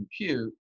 compute